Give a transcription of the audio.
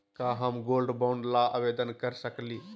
का हम gold bond ल आवेदन कर सकली?